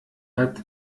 hat